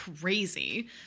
crazy